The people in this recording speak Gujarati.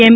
એમ